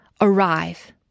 arrive